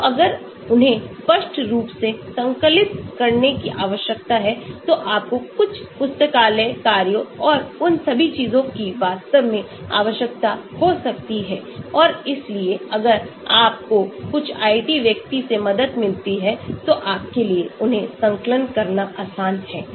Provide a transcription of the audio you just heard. तो अगर उन्हें स्पष्ट रूप से संकलित करने की आवश्यकता है तो आपको कुछ पुस्तकालय कार्यों और उन सभी चीजों की वास्तव में आवश्यकता हो सकती है और इसलिए अगर आपको कुछ IT व्यक्ति से मदद मिलती है तो आपके लिए उन्हें संकलन करना आसान है